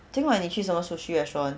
今晚你去什么 sushi restaurant